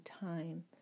time